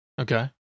Okay